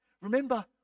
Remember